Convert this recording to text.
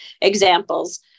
examples